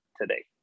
today